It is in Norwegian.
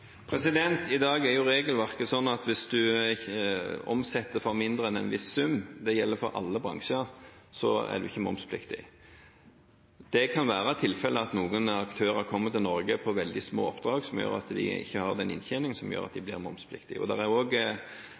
I dag er regelverket sånn at hvis du omsetter for mindre enn en viss sum – det gjelder for alle bransjer – er du ikke momspliktig. Det kan være tilfelle at noen aktører kommer til Norge på veldig små oppdrag, som gjør at de ikke har den inntjeningen som gjør at de blir momspliktige. Det er også juksmuligheter ved å registrere seg som momspliktig som gjør at det er